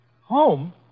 Home